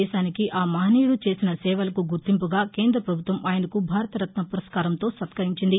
దేశానికి ఆ మహనీయుడు చేసిన సేవలకు గుర్తింపుగా కేంద్ర ప్రపభుత్వం ఆయనకు భారతరత్న పురస్కారంతో సత్కరించింది